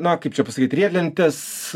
na kaip čia pasakyt riedlentės